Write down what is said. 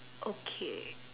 okay